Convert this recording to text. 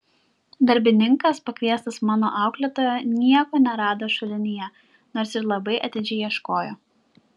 darbininkas pakviestas mano auklėtojo nieko nerado šulinyje nors ir labai atidžiai ieškojo